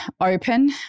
open